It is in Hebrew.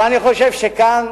אבל אני חושב שכאן